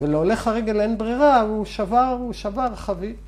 ‫ולהולך הרגל אין ברירה, ‫הוא שבר, הוא שבר חבי.